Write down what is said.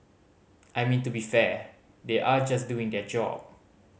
I mean to be fair they are just doing their job